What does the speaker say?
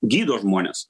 gydo žmones